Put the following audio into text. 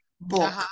book